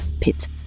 pit